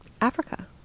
Africa